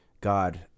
God